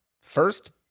first